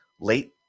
late